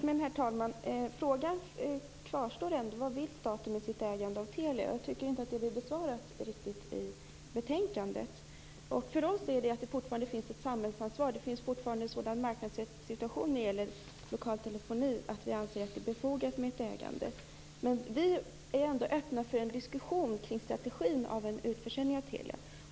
Herr talman! Frågan kvarstår ändå: Vad vill staten med sitt ägande av Telia? Jag tycker inte riktigt att frågan blir besvarad i betänkandet. För oss är syftet att det finns ett samhällsansvar. Det finns fortfarande en sådan marknadssituation när det gäller lokal telefoni att vi anser det befogat med ett statligt ägande. Men vi är ändå öppna för en diskussion kring strategin för en utförsäljning av Telia.